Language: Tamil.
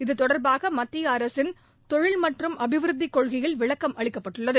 இது தொடர்பாக மத்திய அரசின் தொழில் மற்றும் அபிவிருத்திக் கொள்கையில் விளக்கம் அளிக்கப்பட்டுள்ளது